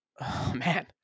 Man